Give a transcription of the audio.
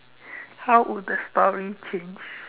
how would the story change